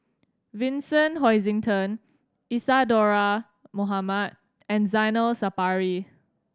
Vincent Hoisington Isadhora Mohamed and Zainal Sapari